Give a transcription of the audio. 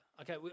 Okay